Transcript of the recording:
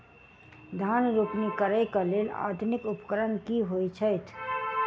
धान रोपनी करै कऽ लेल आधुनिक उपकरण की होइ छथि?